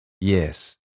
Yes